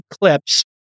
clips